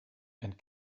and